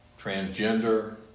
transgender